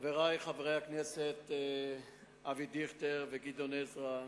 חברי חברי הכנסת אבי דיכטר וגדעון עזרא,